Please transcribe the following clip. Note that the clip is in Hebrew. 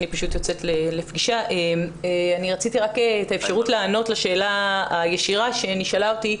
אני צריכה לצאת לפגישה ורציתי לענות לשאלה הישירה ששאלו אותי.